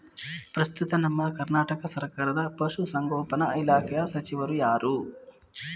ಪ್ರಸ್ತುತ ನಮ್ಮ ಕರ್ನಾಟಕ ಸರ್ಕಾರದ ಪಶು ಸಂಗೋಪನಾ ಇಲಾಖೆಯ ಸಚಿವರು ಯಾರು?